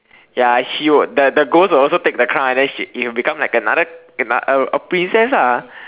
ya she would the the ghost will also take the crown and then she he will become like another another a princess lah